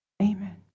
Amen